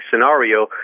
scenario